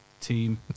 team